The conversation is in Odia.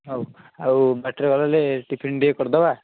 ହଉ ଆଉ ବାଟରେ ଗଲାବେଳେ ଟିଫିନ୍ ଟିକିଏ କରିଦେବା